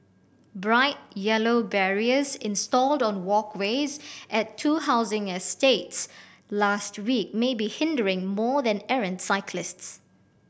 bright yellow barriers installed on walkways at two housing estates last week may be hindering more than errant cyclists